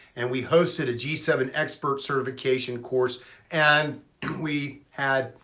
and we hosted a g seven expert certification course and and we had,